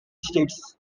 states